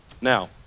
Now